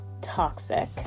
Toxic